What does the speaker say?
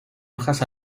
hojas